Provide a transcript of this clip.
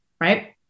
Right